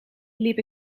liep